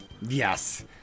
Yes